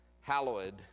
hallowed